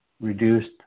reduced